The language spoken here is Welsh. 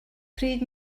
pryd